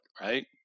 Right